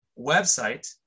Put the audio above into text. website